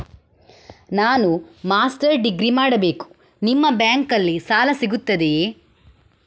ನಾನು master degree ಮಾಡಬೇಕು, ನಿಮ್ಮ ಬ್ಯಾಂಕಲ್ಲಿ ಸಾಲ ಸಿಗುತ್ತದೆಯೇ?